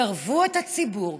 תקרבו את הציבור,